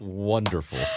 wonderful